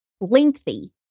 lengthy